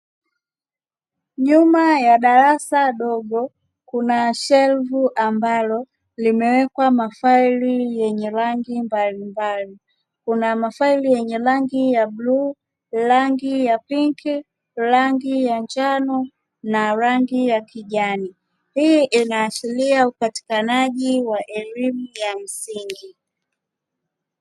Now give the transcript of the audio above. Nyuma ya darasa dogo; kuna shelfu ambalo limewekwa mafaili yenye rangi mbalimbali. Kuna mafaili yenye rangi ya bluu, rangi ya pinki, rangi ya njano na rangi ya kijani. Hii inaashiria upatikanaji wa elimu ya msingi.